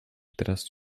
teraz